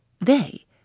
they